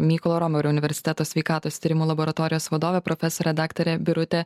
mykolo romerio universiteto sveikatos tyrimų laboratorijos vadovė profesorė daktarė birutė